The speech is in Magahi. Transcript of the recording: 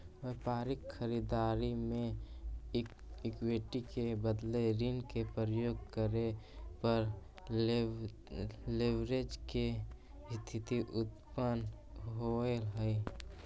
व्यापारिक खरीददारी में इक्विटी के बदले ऋण के प्रयोग करे पर लेवरेज के स्थिति उत्पन्न होवऽ हई